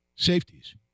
Safeties